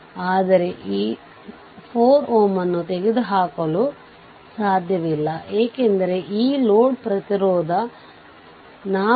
ಆದ್ದರಿಂದi2 2 ಅನ್ನು ಹಾಕಿದರೆ 2 i1 6 i1 2 160 8 i14 i1480